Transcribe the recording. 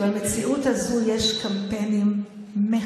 וכשבמציאות הזאת, אורית,